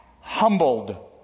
humbled